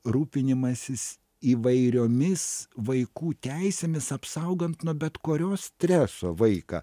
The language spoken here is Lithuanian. rūpinimasis įvairiomis vaikų teisėmis apsaugant nuo bet kurio streso vaiką